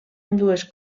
ambdues